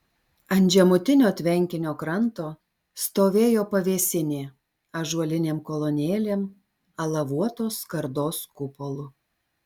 ant žemutinio tvenkinio kranto stovėjo pavėsinė ąžuolinėm kolonėlėm alavuotos skardos kupolu